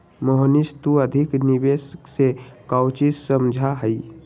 मोहनीश तू अधिक निवेश से काउची समझा ही?